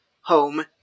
home